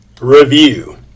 review